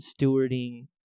stewarding